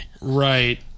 Right